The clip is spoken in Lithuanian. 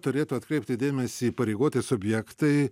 turėtų atkreipti dėmesį įpareigoti subjektai